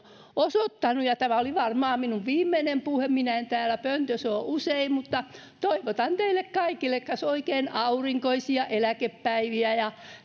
osoittanut ja tämä oli varmaan minun viimeinen puheeni enkä minä täällä pöntössä ole usein toivotan teille kaikille oikein aurinkoisia eläkepäiviä ja